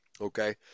Okay